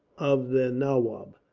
of the nawab,